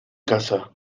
casa